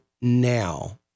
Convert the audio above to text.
now